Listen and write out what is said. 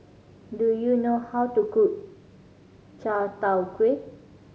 do you know how to cook chai tow kway